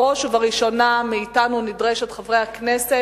בראש ובראשונה נדרשת מאתנו, חברי הכנסת,